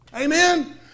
Amen